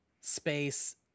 space